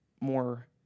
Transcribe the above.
more